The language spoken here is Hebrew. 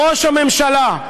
ראש הממשלה,